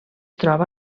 troba